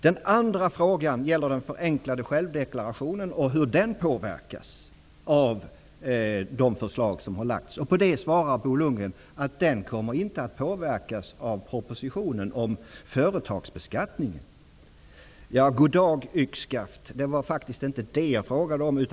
Den andra frågan gäller den förenklade självdeklarationen och hur den påverkas av de förslag som har lagts fram. På det svarar Bo Lundgren att den inte kommer att påverkas av propositionen om företagsbeskattningen. Goddag, yxskaft! Det var faktiskt inte det jag frågade om.